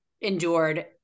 endured